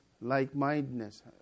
like-mindedness